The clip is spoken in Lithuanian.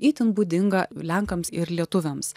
itin būdinga lenkams ir lietuviams